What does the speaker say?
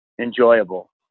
enjoyable